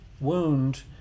wound